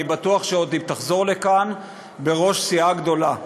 אני בטוח שהיא עוד תחזור לכאן בראש סיעה גדולה.